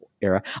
era